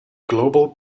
global